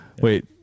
wait